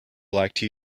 black